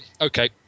Okay